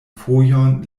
fojon